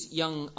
young